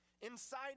inside